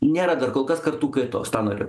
nėra dar kol kas kartų kaitos tą norėjau